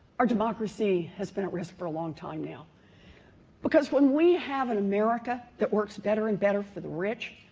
our democracy has been at risk for a long time now because when we have an america that works better and better for the rich.